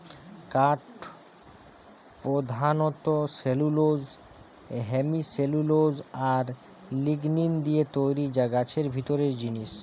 কাঠ পোধানত cellulose, hemicellulose আর লিগনিন দিয়ে তৈরি যা গাছের ভিতরের জিনিস